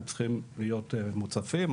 הם צריכים להיות מוצפים,